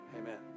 Amen